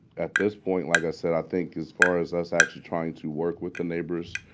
at this point, like i said, i think as far as us actually trying to work with the neighbors,